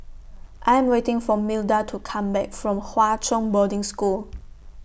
I Am waiting For Milda to Come Back from Hwa Chong Boarding School